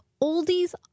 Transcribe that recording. Oldies